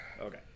Okay